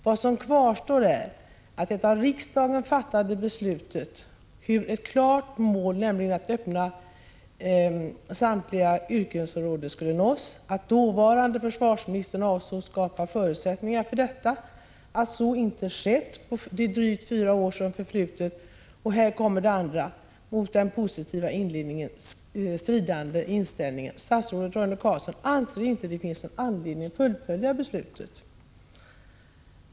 Vad som kvarstår är att riksdagen fattat beslut om hur ett klart mål, nämligen att öppna samtliga yrkesområden, skall uppnås, att dåvarande försvarsministern avsåg att skapa förutsättningar för detta, att så inte skett på de drygt fyra år som förflutit och — och här kommer den andra, mot den positiva inledningen stridande inställningen — att statsrådet Roine Carlsson inte anser att det finns någon anledning att fullfölja beslutet.